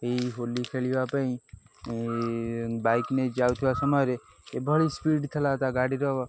ଏଇ ହୋଲି ଖେଳିବା ପାଇଁ ବାଇକ୍ ନେଇ ଯାଉଥିବା ସମୟରେ ଏଭଳି ସ୍ପିଡ୍ ଥିଲା ତା ଗାଡ଼ିର